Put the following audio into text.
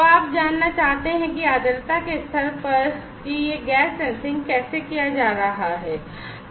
तो आप जानना चाहते हैं कि आर्द्रता के स्तर पर कि यह गैस सेंसिंग कैसे किया जा रहा है